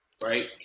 right